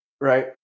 Right